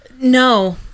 No